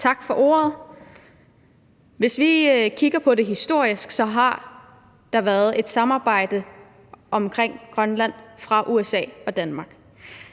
Tak for ordet. Hvis vi kigger på det historisk, har der været et samarbejde omkring Grønland mellem USA og Danmark.